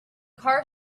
car